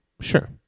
Sure